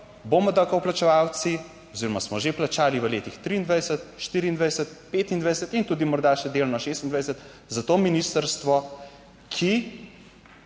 bomo davkoplačevalci oziroma smo že plačali v letih 23, 24, 25 in tudi morda še delno 26 za to ministrstvo, ki